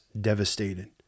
devastated